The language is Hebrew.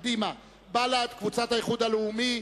מרינה סולודקין,